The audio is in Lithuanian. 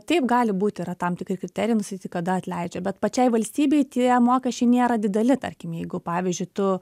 taip gali būti yra tam tikri kriterijai nustatyti kada atleidžia bet pačiai valstybei tie mokesčiai nėra dideli tarkim jeigu pavyzdžiui tu